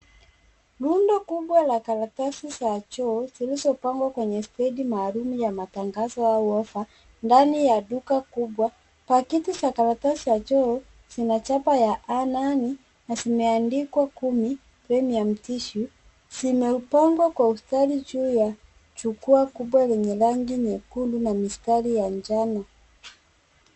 Rundo kubwa la karatasi za choo zilizopangwa kwenye steji maalum ya matangazo au ofa ndani ya duka kubwa. Pakiti za karatasi za choo zina chapa ya Hanan na zimeandikwa kumi Premium tissue zimepangwa kwa ustadi juu ya jukwaa kubwa lenye rangi nyekundu na mistari ya njano.